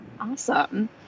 Awesome